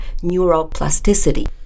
neuroplasticity